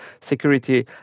security